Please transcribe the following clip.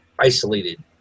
isolated